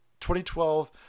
2012